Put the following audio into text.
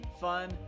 fun